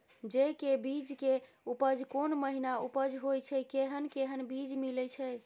जेय के बीज के उपज कोन महीना उपज होय छै कैहन कैहन बीज मिलय छै?